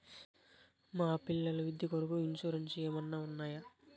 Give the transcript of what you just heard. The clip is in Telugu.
మా పిల్లల విద్య కొరకు ఇన్సూరెన్సు ఏమన్నా ఉన్నాయా?